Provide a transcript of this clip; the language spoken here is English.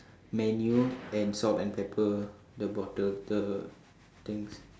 menu and salt and pepper the bottle the things